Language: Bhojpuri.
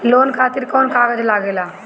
लोन खातिर कौन कागज लागेला?